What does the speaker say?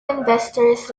investors